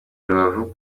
rubavu